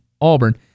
Auburn